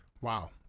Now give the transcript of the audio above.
Wow